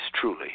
truly